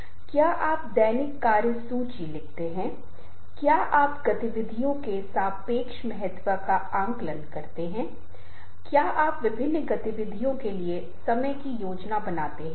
हालाँकि इससे पहले कि यदि आप अपनी प्रेजेंटेशन विंडो को नीचे देखते हैं तो आप पाएंगे कि एक क्विज़ संलग्न किया जाएगा आप यह पता लगाने के लिए क्विज़ भी ले सकते हैं कि आप कितने अच्छे प्रस्तोता हैं